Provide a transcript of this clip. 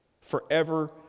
forever